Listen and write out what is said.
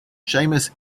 seamus